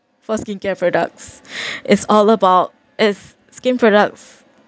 for skincare products is all about it's skin products